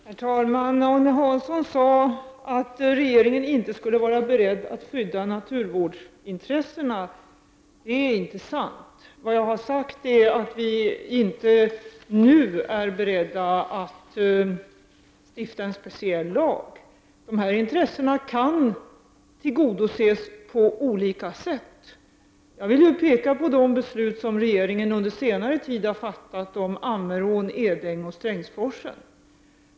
Herr talman! Agne Hansson sade att regeringen inte skulle vara beredd att skydda naturvårdsintressena. Det är inte sant. Vad jag har sagt är att vi inte är beredda att nu stifta en speciell lag. Dessa intressen kan tillgodoses på olika sätt. Jag vill peka på de beslut som regeringen har fattat under senare tid om Ammerån, Edäng och Strängsforsen.